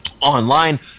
online